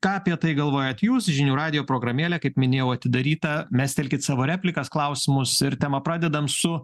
ką apie tai galvojat jūs žinių radijo programėlė kaip minėjau atidaryta mestelkit savo replikas klausimus ir temą pradedam su